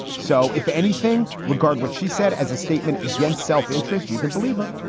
so if anything, regard what she said as a statement against self-interest. you can believe her.